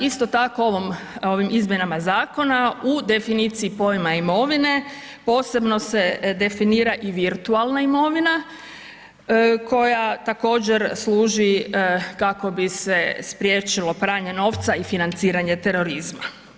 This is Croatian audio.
Isti tako, ovim izmjenama zakona u definiciji pojma imovine posebno se definira i virtualna imovina koja također služi kako bi se spriječilo pranje novca i financiranje terorizma.